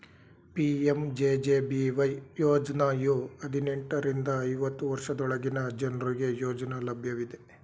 PMJJBY ಯೋಜ್ನಯು ಹದಿನೆಂಟು ರಿಂದ ಐವತ್ತು ವರ್ಷದೊಳಗಿನ ಜನ್ರುಗೆ ಯೋಜ್ನ ಲಭ್ಯವಿದೆ